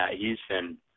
Houston